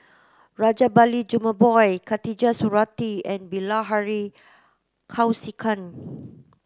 Rajabali Jumabhoy Khatijah Surattee and Bilahari Kausikan